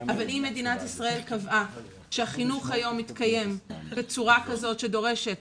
אבל אם מדינת ישראל קבעה שהחינוך היום מתקיים בצורה כזו שדורשת